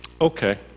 okay